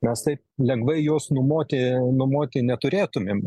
mes taip lengvai į juos numoti numoti neturėtumėm